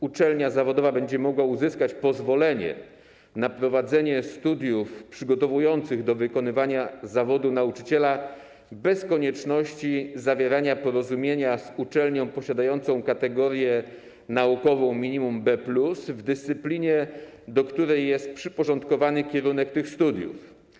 Uczelnia zawodowa będzie mogła uzyskać pozwolenie na prowadzenie studiów przygotowujących do wykonywania zawodu nauczyciela bez konieczności zawierania porozumienia z uczelnią posiadającą kategorię naukową minimum B+ w dyscyplinie, do której jest przyporządkowany kierunek tych studiów.